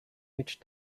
which